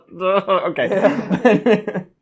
Okay